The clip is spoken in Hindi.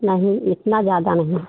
नहीं इतना ज़्यादा नहीं